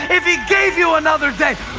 if he gave you another day,